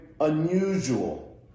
unusual